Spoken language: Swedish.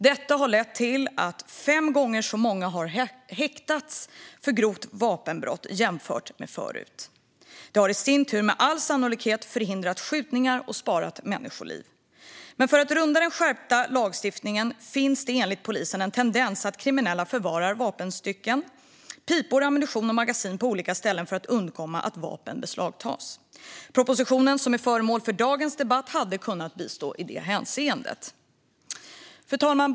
Detta har lett till att fem gånger så många har häktats för grovt vapenbrott jämfört med tidigare. Det har i sin tur med all sannolikhet förhindrat skjutningar och sparat människoliv. Men för att runda den skärpta lagstiftningen finns det enligt polisen en tendens att kriminella förvarar vapenstycken, pipor, ammunition och magasin på olika ställen för att undkomma att vapen beslagtas. Propositionen som är föremål för dagens debatt hade kunnat bistå i det hänseendet. Fru talman!